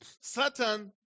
Satan